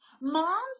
moms